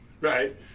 right